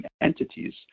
entities